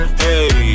hey